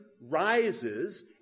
rises